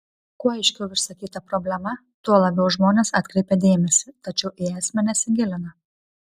kuo aiškiau išsakyta problema tuo labiau žmonės atkreipia dėmesį tačiau į esmę nesigilina